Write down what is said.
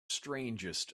strangest